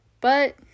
but-